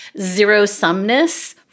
zero-sumness